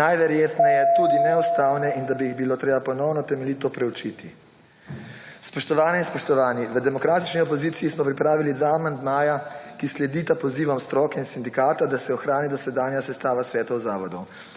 najverjetneje tudi neustavne in da bi jih bilo treba ponovno temeljito preučiti. Spoštovane in spoštovani! V demokratični opoziciji smo pripravili dva amandmaja, ki sledita pozivom stroke in sindikata, da se ohrani dosedanja sestava svetov zavodov.